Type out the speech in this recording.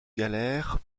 galère